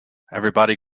everybody